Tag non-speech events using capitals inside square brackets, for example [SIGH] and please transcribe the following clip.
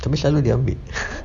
tapi selalu dia ambil [LAUGHS]